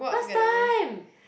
first time